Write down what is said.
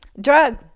drug